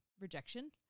rejection